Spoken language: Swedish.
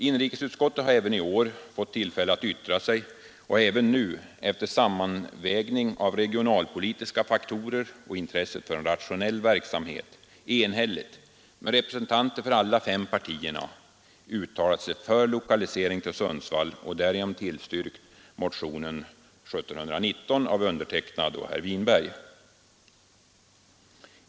Inrikesutskottet som även i år fått tillfälle att yttra sig har även nu, efter en sammanvägning av regionalpolitiska faktorer och intresset för en rationell verksamhet, enhälligt — med representanter för alla fem partierna — uttalat sig för lokalisering till Sundsvall och därigenom tillstyrkt motion 1719 av herr Winberg och mig.